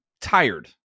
tired